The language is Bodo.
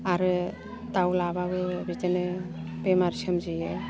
आरो दाव लाबाबो बिदिनो बेमार सोमजियो